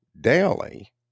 daily